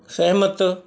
ਸਹਿਮਤ